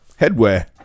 headwear